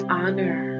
honor